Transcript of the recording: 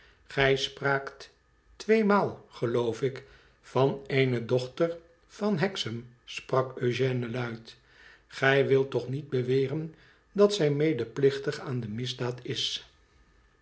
gij spraakt tweemaal geloof ik van eene dochter van hexam sprak eugène luid gij wilt toch niet beweren dat zij medeplichtig aan de misdaad is